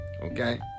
Okay